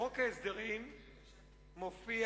בחוק ההסדרים מופיע,